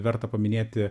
verta paminėti